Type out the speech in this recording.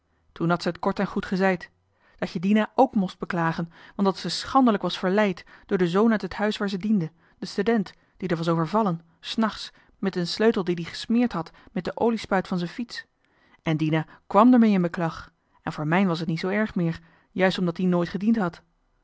toen had ze t kort en goed gezeid dat je dina k most beklagen want dat ze schandelijk was verleid door de zoon uit het huis waar ze diende de stedent die d'er was overvallen s nachts mit en sleutel die d ie gesmeerd had mit de oliespuit van z'en fiets en dina kwàm d'er mee in beklag en voor mijn was t nie zoo erg meer juist omdat die nooit gediend had